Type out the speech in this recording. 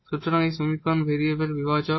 সুতরাং এই সমীকরণ ভেরিয়েবল বিভাজক